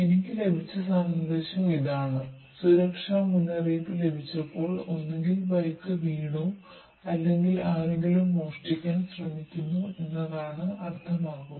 എനിക്ക് ലഭിച്ച സന്ദേശം ഇതാണ് സുരക്ഷാ മുന്നറിയിപ്പ് ലഭിച്ചപ്പോൾ ഒന്നുകിൽ ബൈക്ക് വീണു അല്ലെങ്കിൽ ആരെങ്കിലും മോഷ്ടിക്കാൻ ശ്രമിക്കുന്നു എന്നതാണ് അർത്ഥമാക്കുന്നത്